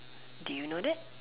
do you know that